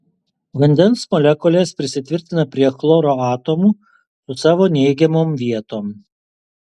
vandens molekulės prisitvirtina prie chloro atomų su savo neigiamom vietom